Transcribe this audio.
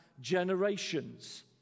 generations